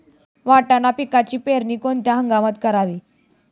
वाटाणा पिकाची पेरणी कोणत्या हंगामात करावी?